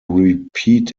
repeat